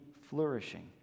flourishing